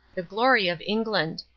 the glory of england.